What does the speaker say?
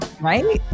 Right